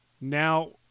Now